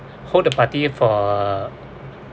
hold a party for a